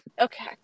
Okay